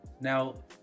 now